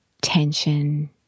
tension